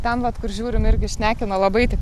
ten vat kur žiūrim irgi šnekama labai taip